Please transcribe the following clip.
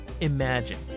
Imagine